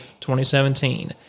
2017